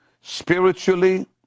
spiritually